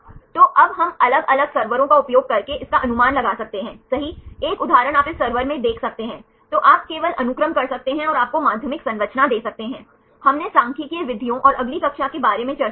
इसलिए यदि हम मुख्य श्रृंखला परमाणुओं को phi psi कोण प्राप्त करते हैं और फिर देखें कि ये phi psi कोण किसके अनुमत क्षेत्रों में हैं